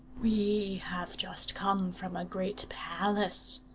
we have just come from a great palace,